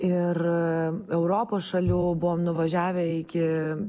ir europos šalių buvom nuvažiavę iki